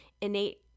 innate